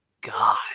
God